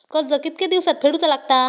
कर्ज कितके दिवसात फेडूचा लागता?